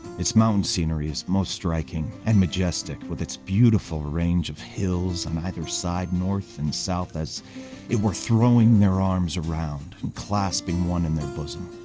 its mountain scenery is most striking and majestic with its beautiful range of hills on either side north and south as it were throwing their arms around and clasping on in their bosom.